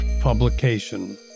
publication